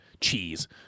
Cheese